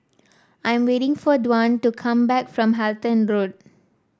I'm waiting for Dwan to come back from Halton Road